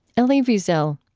elie wiesel.